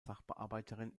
sachbearbeiterin